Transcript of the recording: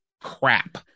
crap